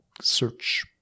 search